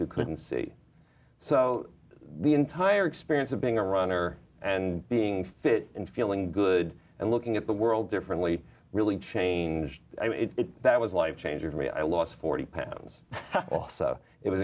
who couldn't see so the entire experience of being a runner and being fit and feeling good and looking at the world differently really changed it that was life changing for me i lost forty pounds it was